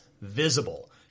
visible